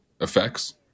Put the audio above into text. effects